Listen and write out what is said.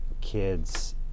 kids